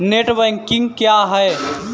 Net banking क्या है?